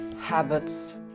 habits